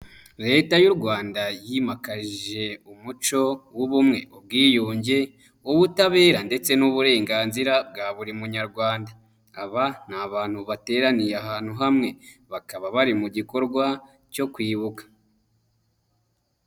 Leta y'u Rwanda yimakaje umuco w'ubumwe, ubwiyunge, ubutabera ndetse n'uburenganzira bwa buri munyarwanda, aba ni abantu bateraniye ahantu hamwe bakaba bari mu gikorwa cyo kwibuka.